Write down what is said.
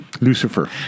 Lucifer